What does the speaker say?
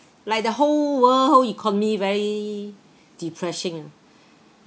like the whole world economy very depressing